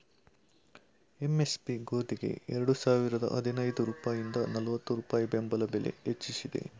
MSP ಗೋದಿಗೆ ಎರಡು ಸಾವಿರದ ಹದಿನೈದು ರೂಪಾಯಿಂದ ನಲ್ವತ್ತು ರೂಪಾಯಿ ಬೆಂಬಲ ಬೆಲೆ ಹೆಚ್ಚಿಸಿದೆ